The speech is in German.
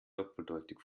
doppeldeutig